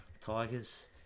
Tigers